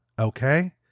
okay